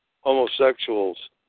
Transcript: homosexuals